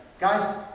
guys